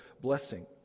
blessing